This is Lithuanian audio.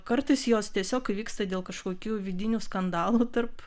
kartais jos tiesiog įvyksta dėl kažkokių vidinių skandalų tarp